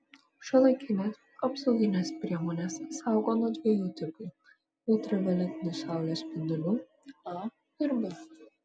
šiuolaikinės apsauginės priemonės saugo nuo dviejų tipų ultravioletinių saulės spindulių a ir b